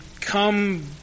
come